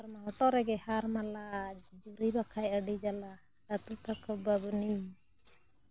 ᱦᱚᱴᱚᱜ ᱨᱮᱜᱮ ᱦᱟᱨ ᱢᱟᱞᱟ ᱡᱩᱨᱤ ᱵᱟᱠᱷᱟᱱ ᱟᱹᱰᱤ ᱡᱟᱞᱟ ᱟᱛᱳ ᱛᱟᱠᱚ ᱵᱟᱵᱽᱱᱤ